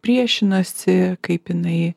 priešinasi kaip jinai